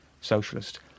socialist